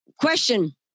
question